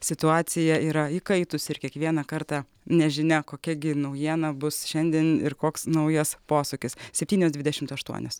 situacija yra įkaitusi ir kiekvieną kartą nežinia kokia gi naujiena bus šiandien ir koks naujas posūkis septynios dvidešimt aštuonios